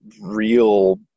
real